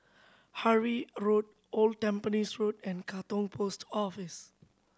Harvey Road Old Tampines Road and Katong Post Office